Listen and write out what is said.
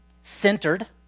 centered